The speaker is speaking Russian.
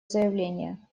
заявление